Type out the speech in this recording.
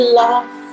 love